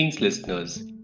listeners